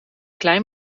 klein